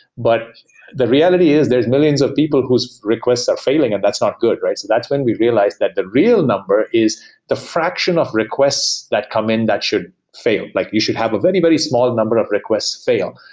but the reality is there's millions of people whose requests are failing, and that's not good, right? so that's when we realized that the real number is the fraction of requests that come in that should fail. like you should have a very, very small number of requests fail.